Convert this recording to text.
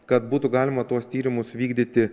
kad būtų galima tuos tyrimus vykdyti